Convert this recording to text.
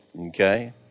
okay